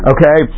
Okay